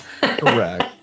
Correct